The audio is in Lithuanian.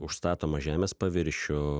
užstatomą žemės paviršių